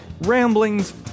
ramblings